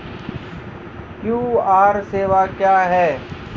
QR सेवा क्या हैं?